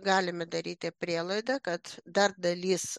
galime daryti prielaidą kad dar dalis